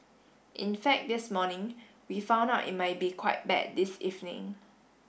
in fact this morning we found out it might be quite bad this evening